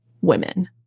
Women